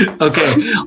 okay